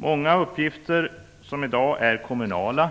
Många uppgifter som i dag är kommunala